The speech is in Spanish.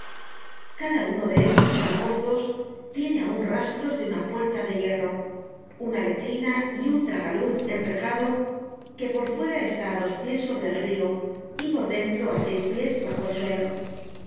cada uno de estos calabozos tiene aun rastros de una puerta de hierro una letrina y un tragaluz enrejado que por fuera está á dos pies sobre el rio y por dentro á seis pies bajo el suelo